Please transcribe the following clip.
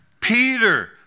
Peter